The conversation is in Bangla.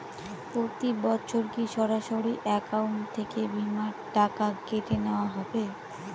প্রতি বছর কি সরাসরি অ্যাকাউন্ট থেকে বীমার টাকা কেটে নেওয়া হবে?